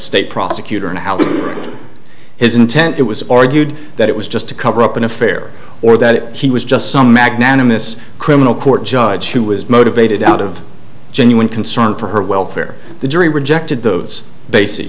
state prosecutor and how that his intent it was argued that it was just to cover up an affair or that he was just some magnanimous criminal court judge who was motivated out of genuine concern for her welfare the jury rejected those bas